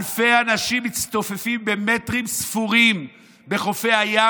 אלפי אנשים מצטופפים במטרים ספורים בחופי הים,